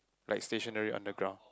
like stationary underground